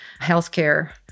healthcare